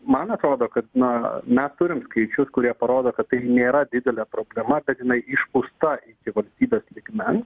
man atrodo kad na mes turim skaičius kurie parodo kad tai nėra didelė problema bet jinai išpūsta iki valstybės lygmens